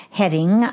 heading